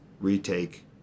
retake